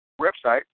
website